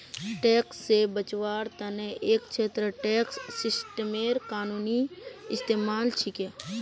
tax से बचवार तने एक छेत्रत टैक्स सिस्टमेर कानूनी इस्तेमाल छिके